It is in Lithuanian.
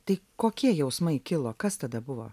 tai kokie jausmai kilo kas tada buvo